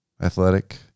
athletic